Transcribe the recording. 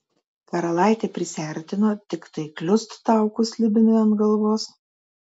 karalaitė prisiartino tiktai kliust taukus slibinui ant galvos